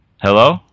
Hello